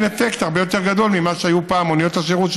אפקט הרבה יותר גדול ממה שהיו פעם מוניות השירות,